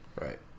Right